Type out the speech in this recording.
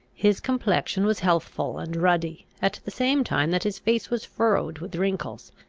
his complexion was healthful and ruddy, at the same time that his face was furrowed with wrinkles.